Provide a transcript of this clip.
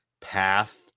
path